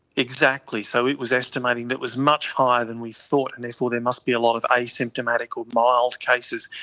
exactly, so it was estimating that it was much higher than we thought and therefore there must be a lot of asymptomatic or mild cases,